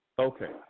Okay